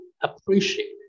appreciate